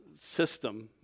system